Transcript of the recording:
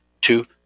two